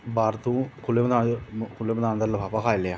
बाहर तूं खुल्ले मैदान दा लफाफा खाई ओड़ेआ